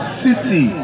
city